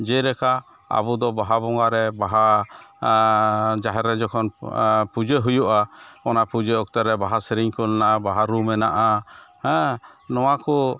ᱡᱮᱞᱮᱠᱟ ᱟᱵᱚᱫᱚ ᱵᱟᱦᱟ ᱵᱚᱸᱜᱟᱨᱮ ᱵᱟᱦᱟ ᱡᱟᱦᱮᱨ ᱨᱮ ᱡᱚᱠᱷᱚᱱ ᱯᱩᱡᱟᱹ ᱦᱩᱭᱩᱜᱼᱟ ᱚᱱᱟ ᱯᱩᱡᱟᱹ ᱚᱠᱛᱮᱨᱮ ᱵᱟᱦᱟ ᱥᱮᱨᱮᱧ ᱠᱚ ᱢᱮᱱᱟᱜᱼᱟ ᱵᱟᱦᱟ ᱨᱩ ᱢᱮᱱᱟᱜᱼᱟ ᱦᱮᱸ ᱱᱚᱣᱟᱠᱚ